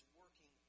working